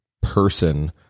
person